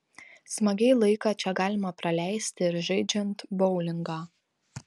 smagiai laiką čia galima praleisti ir žaidžiant boulingą